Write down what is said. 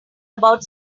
about